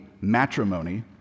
matrimony